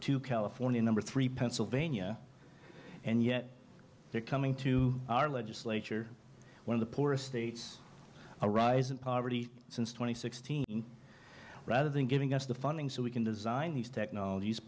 two california number three pennsylvania and yet they're coming to our legislature one of the poorest states a rise in poverty since twenty sixteen rather than giving us the funding so we can design these technologies